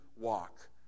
walk